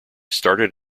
started